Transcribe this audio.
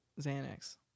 Xanax